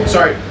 Sorry